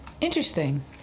Interesting